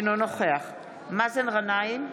אינו נוכח מאזן גנאים,